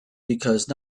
because